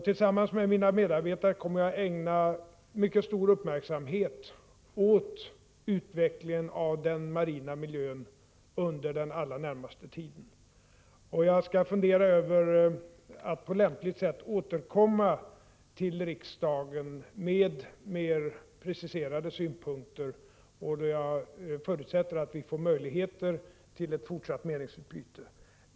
Tillsammans med mina medarbetare kommer jag under den allra närmaste tiden att ägna synnerligen stor uppmärksamhet åt utvecklingen av den marina miljön. Jag skall fundera över hur jag på lämpligt sätt kan återkomma till riksdagen med mer preciserade synpunkter. Jag förutsätter att vi då får möjligheter till 37 ett fortsatt meningsutbyte.